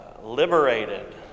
Liberated